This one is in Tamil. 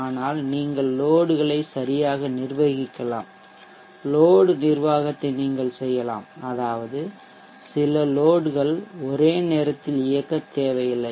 ஆனால் நீங்கள் லோட்களை சரியாக நிர்வகிக்கலாம் லோட் நிர்வாகத்தை நீங்கள் செய்யலாம் அதாவது சில லோட்கள் ஒரே நேரத்தில் இயக்கத்தேவையில்லை